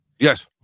Yes